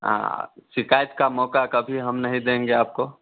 हाँ शिकायत का मौका कभी हम नहीं देंगे आपको